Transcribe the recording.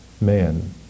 man